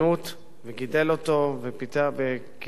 וגידל אותו וקידם אותו,